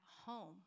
home